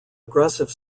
aggressive